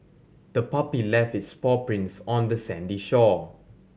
the puppy left its paw prints on the sandy shore